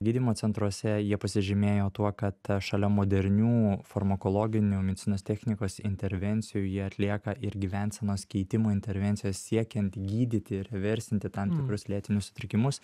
gydymo centruose jie pasižymėjo tuo kad šalia modernių farmakologinių medicinos technikos intervencijų jie atlieka ir gyvensenos keitimo intervencijas siekiant gydyti ir vertinti tam tikrus lėtinius sutrikimus